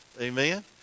Amen